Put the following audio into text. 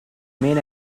main